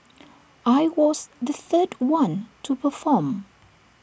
I was the third one to perform